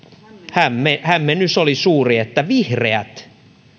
hämmennys hämmennys oli suuri että vihreät